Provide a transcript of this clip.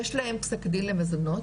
יש להם פסק דין למזונות,